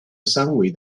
三维